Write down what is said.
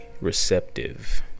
receptive